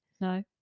No